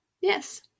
Yes